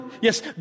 Yes